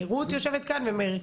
רות יושבת כאן ומאיר.